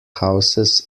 houses